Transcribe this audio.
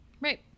Right